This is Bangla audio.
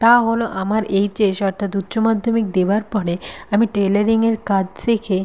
তা হল আমার এইচএস অর্থাৎ উচ্চমাধ্যমিক দেওয়ার পরে আমি টেলারিংয়ের কাজ শিখে